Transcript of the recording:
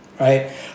right